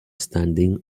standing